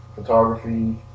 photography